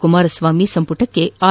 ಕುಮಾರಸ್ವಾಮಿ ಸಂಮಟಕ್ಕೆ ಆರ್